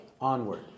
onward